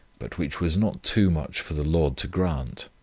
but which was not too much for the lord to grant.